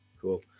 cool